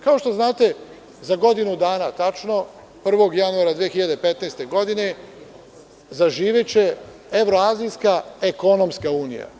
Kao što znate, za godinu dana tačno, 1. januara 2015. godine, zaživeće evroazijska ekonomska unija.